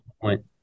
point